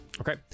Okay